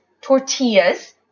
tortillas